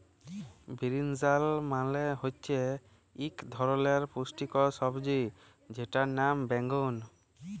বিরিনজাল মালে হচ্যে ইক ধরলের পুষ্টিকর সবজি যেটর লাম বাগ্যুন